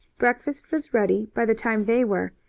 breakfast was ready by the time they were,